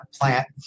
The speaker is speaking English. plant